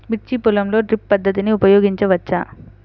మిర్చి పొలంలో డ్రిప్ పద్ధతిని ఉపయోగించవచ్చా?